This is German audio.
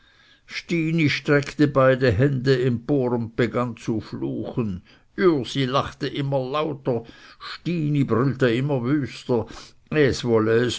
stini streckte beide hände empor und begann zu fluchen ürsi lachte immer lauter stini brüllte immer wüster es wolle